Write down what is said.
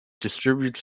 distributes